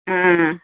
ஆ